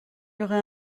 aurait